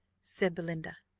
said belinda.